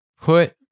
put